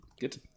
Good